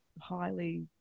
highly